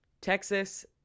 Texas